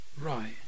Right